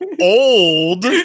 old